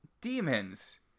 demons